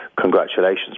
congratulations